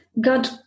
God